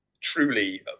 truly